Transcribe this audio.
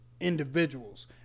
individuals